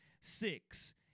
Six